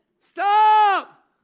Stop